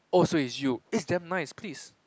oh so it's you it's damn nice please